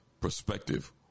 perspective